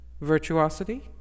Virtuosity